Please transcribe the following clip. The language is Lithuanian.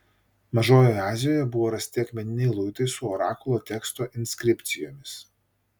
mažojoje azijoje buvo rasti akmeniniai luitai su orakulo teksto inskripcijomis